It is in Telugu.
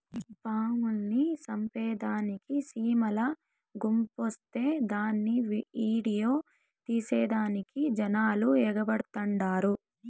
పాముల్ని సంపేదానికి సీమల గుంపొస్తే దాన్ని ఈడియో తీసేదానికి జనాలు ఎగబడతండారు